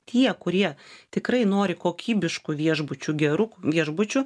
tie kurie tikrai nori kokybiškų viešbučių gerų viešbučių